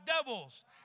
devils